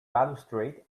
balustrade